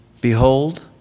Behold